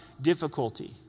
difficulty